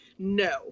no